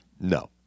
No